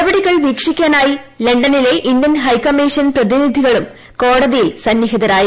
നടപടികൾ വീക്ഷിക്കാനായി ലണ്ടനിലെ ഇന്ത്യൻ ഹൈക്കമ്മീഷൻ പ്രതിനിധികളും കോടതിയിൽ സന്നിഹിതരായിരുന്നു